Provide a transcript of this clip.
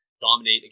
dominate